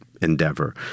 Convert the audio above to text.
endeavor